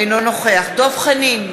אינו נוכח דב חנין,